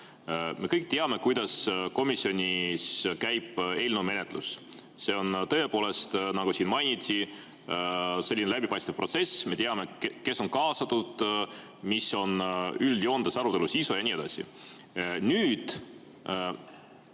Me kõik teame, kuidas komisjonis käib eelnõu menetlus. See on tõepoolest, nagu siin mainiti, selline läbipaistev protsess: me teame, kes on kaasatud, mis on üldjoontes arutelu sisu ja nii edasi.